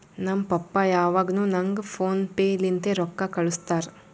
ನಮ್ ಪಪ್ಪಾ ಯಾವಾಗ್ನು ನಂಗ್ ಫೋನ್ ಪೇ ಲಿಂತೆ ರೊಕ್ಕಾ ಕಳ್ಸುತ್ತಾರ್